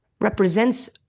represents